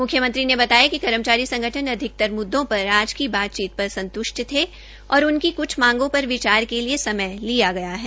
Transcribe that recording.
मुख्यमंत्री ने बताया कि कर्मचारी संगठन अधिकतर मुद्दों पर आज की बातचीत पर संतुष्ट थे और उनकी क्छ मांगों पर विचार के लिए समय लिया गया है